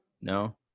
No